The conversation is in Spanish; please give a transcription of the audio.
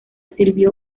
sirvió